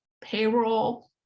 payroll